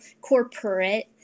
corporate